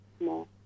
more